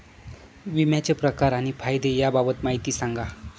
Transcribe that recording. विम्याचे प्रकार आणि फायदे याबाबत माहिती सांगा